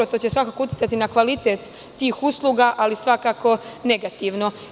To će svakako uticati na kvalitet tih usluga, ali negativno.